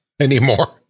anymore